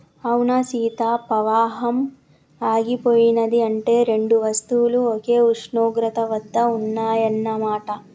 అవునా సీత పవాహం ఆగిపోయినది అంటే రెండు వస్తువులు ఒకే ఉష్ణోగ్రత వద్ద ఉన్నాయన్న మాట